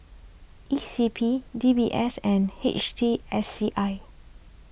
E C P D B S and H T S C I